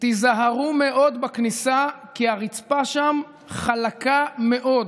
תיזהרו מאוד בכניסה, כי הרצפה שם חלקה מאוד.